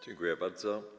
Dziękuję bardzo.